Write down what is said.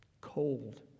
cold